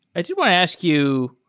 i do want to ask you,